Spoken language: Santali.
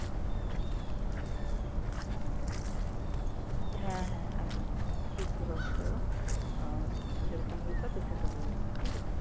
ᱦᱮᱸ ᱦᱮᱸ ᱮᱠᱫᱚᱢ ᱴᱷᱤᱠᱜᱮ ᱵᱮᱵᱚᱥᱛᱟ ᱫᱚ ᱥᱮ ᱨᱚᱠᱚᱢ ᱦᱩᱭᱩᱜ ᱠᱷᱟᱱ ᱯᱮᱥᱮᱱᱴ ᱟᱹᱜᱩᱭᱮᱯᱮ ᱴᱷᱤᱠᱜᱮᱭᱟ